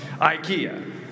Ikea